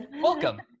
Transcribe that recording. Welcome